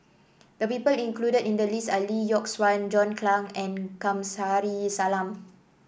the people included in the list are Lee Yock Suan John Clang and Kamsari Salam